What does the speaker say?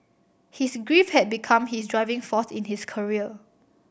his grief had become his driving force in his career